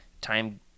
time